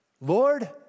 Lord